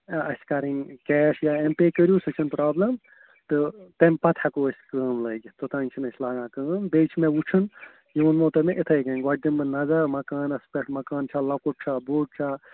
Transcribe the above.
اَسہِ کَرٕنۍ کیش یا اٮ۪م پے کٔرِو سُہ چھَنہٕ پرٛابلم تہٕ تَمہِ پَتہٕ ہٮ۪کو أسۍ کٲم لٲگِتھ توٚتانۍ چھِنہٕ أسۍ لاگان کٲم بیٚیہِ چھِ مےٚ وٕچھُن یہِ ووٚنمو تۄہہِ مےٚ اِتھَے کٔنۍ گۄڈٕ دِمہٕ بہٕ نظر مکانَس پٮ۪ٹھ مکان چھا لۄکُٹ چھا بوٚڑ چھا